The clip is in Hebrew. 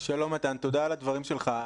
שלום, מתן, תודה על הדברים שלך.